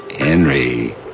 Henry